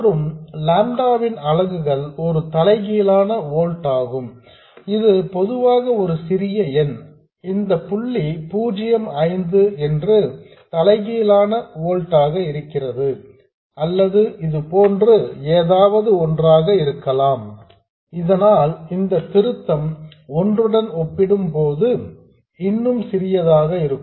மற்றும் லாம்டா வின் அலகுகள் ஒரு தலைகீழான ஓல்ட்ஸ் ஆகும் இது பொதுவாக ஒரு சிறிய எண் இந்தப் புள்ளி பூஜ்யம் ஐந்து என்று தலைகீழான ஓல்ட்ஸ் ஆக இருக்கிறது அல்லது அது போன்று ஏதாவது ஒன்றாக இருக்கலாம் இதனால் இந்த திருத்தம் ஒன்றுடன் ஒப்பிடும்போது இன்னும் சிறியதாக இருக்கும்